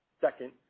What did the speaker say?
Second